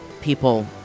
people